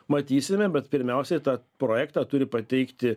matysime bet pirmiausiai tą projektą turi pateikti